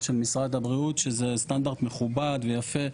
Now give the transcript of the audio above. של משרד הבריאות שזה סטנדרט מכובד ויפה.